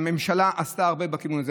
הממשלה עשתה הרבה בכיוון הזה.